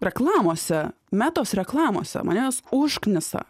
reklamose metos reklamose mane jos užknisa